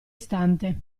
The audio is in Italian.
istante